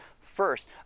first